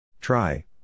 Try